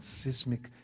seismic